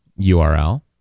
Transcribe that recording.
URL